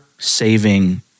saving